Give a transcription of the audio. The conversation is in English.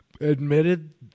admitted